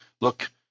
look